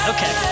Okay